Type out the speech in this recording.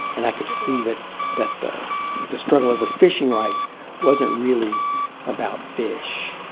and i could see that that the the struggle over fishing rights wasn't really about fish.